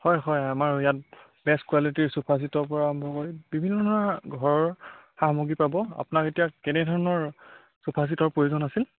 হয় হয় আমাৰ ইয়াত বেষ্ট কোৱালিটিৰ চোফা চেটৰ পৰা আৰম্ভ কৰি বিভিন্ন ধৰণৰ ঘৰৰ সামগ্ৰী পাব আপোনাক এতিয়া কেনেধৰণৰ চোফা চেটৰ প্ৰয়োজন আছিল